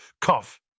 Cough